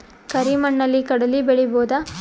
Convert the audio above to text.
ಕರಿ ಮಣ್ಣಲಿ ಕಡಲಿ ಬೆಳಿ ಬೋದ?